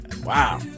wow